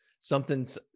Something's